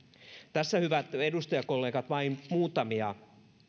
tässä hyvät edustajakollegat vain muutamia